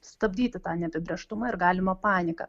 stabdyti tą neapibrėžtumą ir galimą paniką